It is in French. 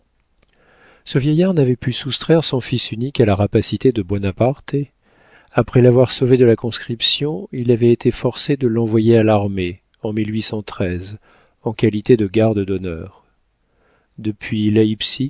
ce vieillard n'avait pu soustraire son fils unique à la rapacité de buonaparte après l'avoir sauvé de la conscription il avait été forcé de l'envoyer à l'armée en en qualité de garde d'honneur depuis